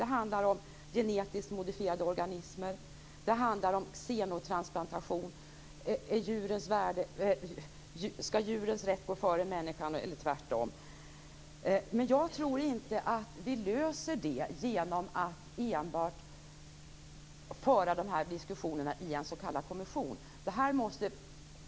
Det handlar om genetiskt modifierade organismer, xenotransplantationer och om djurens rätt skall gå före människans eller tvärtom. Jag tror inte att vi löser detta genom att enbart föra dessa diskussioner i en s.k. kommission.